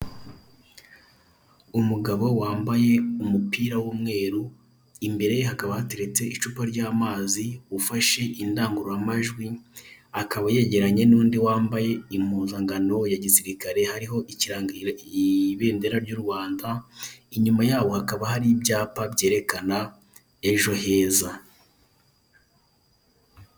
Umugabo wambaye umupira w'umweru imbere ye hakaba hateretse icupa ry'amazi ufashe indangururamajwi akaba yegeranye nundi wambaye impuzangano ya gisirikare hariho ibendera ry'urwanda inyuma yabo hakaba hari ibyapa byerekana ejo heza.